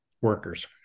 workers